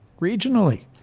regionally